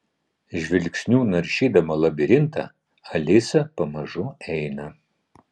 žvilgsniu naršydama labirintą alisa pamažu eina